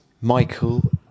Michael